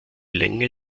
länge